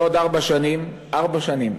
בעוד ארבע שנים, ארבע שנים,